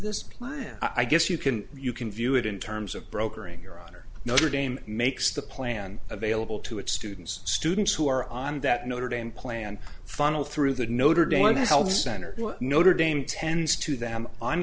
this plan i guess you can you can view it in terms of brokering your honor notre dame makes the plan available to its students students who are on that notre dame plan funneled through the notre dame held center notre dame tends to them on